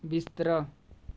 बिस्तरा